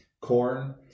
Corn